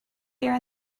here